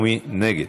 ומי נגד?